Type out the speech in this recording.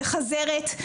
חזרת,